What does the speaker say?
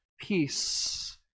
peace